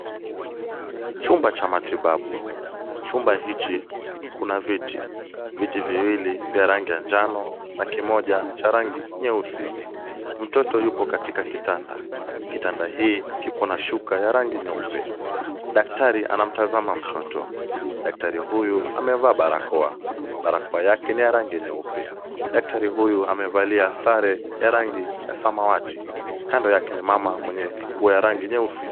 Chumba cha matibabu. Chumba hichi kuna viti. Viti viwili vya rangi ya njano na kimoja cha rangi nyeusi. Mtoto yupo katika kitanda. Kitanda hii kipo na shuka ya rangi nyeupe. Daktari anamtazama mtoto. Daktari huyu amevaa barakoa. Barakoa yake ni ya rangi nyeupe. Daktari huyu amevalia sare ya rangi ya samawati kando yake ni mama mwenye nguo ya rangi nyeusi.